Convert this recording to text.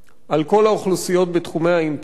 על כל האוכלוסיות בתחומי האימפריה,